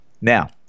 Now